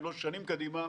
אם לא שנים קדימה,